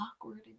awkward